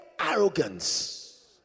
arrogance